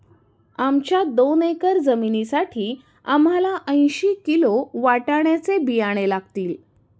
आमच्या दोन एकर जमिनीसाठी आम्हाला ऐंशी किलो वाटाण्याचे बियाणे लागतील